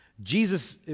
Jesus